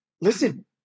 Listen